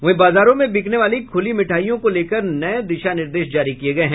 वहीं बाजारों में बिकने वाली खुली मिठाइयों को लेकर नये दिशा निर्देश जारी किये गये हैं